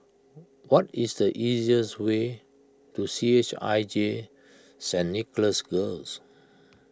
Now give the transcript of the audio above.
what is the easiest way to C H I J Saint Nicholas Girls